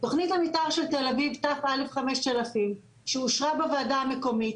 תוכנית המתאר של תל אביב תא/5000 שאושרה בוועדה המקומית,